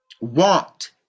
want